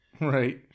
Right